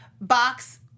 Box